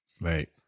Right